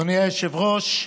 אדוני היושב-ראש,